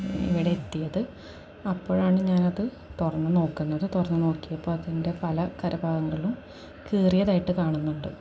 ഇവിടെ എത്തിയത് അപ്പോഴാണ് ഞാനതു തുറന്നു നോക്കുന്നത് തുറന്നുനോക്കിയപ്പോള് അതിൻ്റെ പല കരഭാഗങ്ങളും കീറിയതായിട്ടു കാണുന്നുണ്ട്